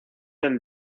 del